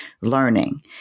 learning